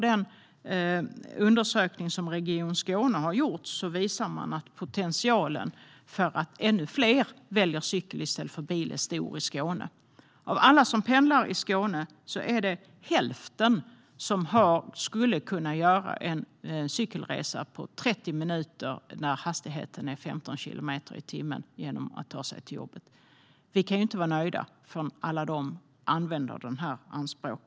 Den undersökning som Region Skåne har gjort visar att potentialen för att ännu fler ska välja cykel i stället för bil är stor i Skåne. Av alla som pendlar i Skåne skulle hälften kunna göra en cykelresa på 30 minuter till jobbet när hastigheten är 15 kilometer i timmen. Vi kan inte vara nöjda förrän alla tar den möjligheten i anspråk.